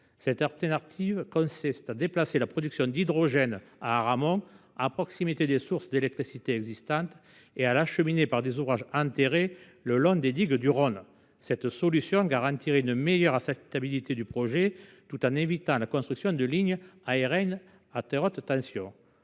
Cette alternative consiste à déplacer la production d’hydrogène à Aramon, à proximité des sources d’électricité existantes, et à l’acheminer par des ouvrages enterrés le long des digues du Rhône. Cette solution garantirait une meilleure acceptabilité du projet tout en évitant la construction d’une ligne aérienne à très haute tension.